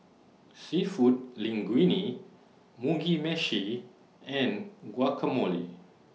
Seafood Linguine Mugi Meshi and Guacamole